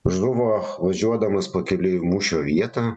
žuvo važiuodamas pakeliui į mūšio vietą